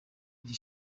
iri